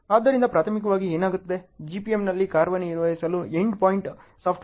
ಆದ್ದರಿಂದ ಪ್ರಾಥಮಿಕವಾಗಿ ಏನಾಗುತ್ತದೆ GPMನಲ್ಲಿ ಕಾರ್ಯನಿರ್ವಹಿಸಲು ಎಂಡ್ ಪಾಯಿಂಟ್ ಸಾಫ್ಟ್ವೇರ್ ಇದೆ